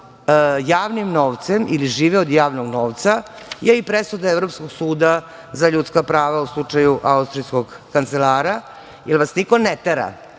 javnim novcem ili žive od javnog novca je i presuda Evropskog suda za ljudska prava u slučaju austrijskog kancelara, jer vas niko ne tera